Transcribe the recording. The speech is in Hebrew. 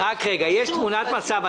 יש תמונת מצב.